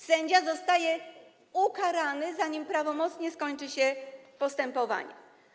Sędzia zostaje ukarany, zanim prawomocnie skończy się postępowanie.